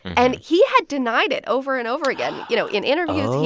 and he had denied it over and over again. you know, in interviews, he.